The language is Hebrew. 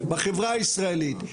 בחברה הישראלית,